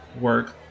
work